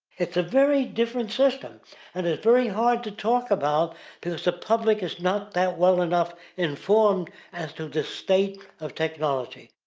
it's a very different system and it's very hard to talk about cause public is not that well enough informed as to the state of technology.